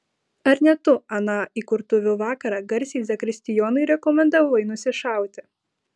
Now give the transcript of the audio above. ar ne tu aną įkurtuvių vakarą garsiai zakristijonui rekomendavai nusišauti